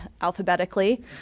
alphabetically